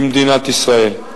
במדינת ישראל.